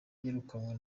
yirukanwe